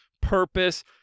Purpose